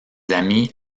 amis